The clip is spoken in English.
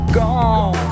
gone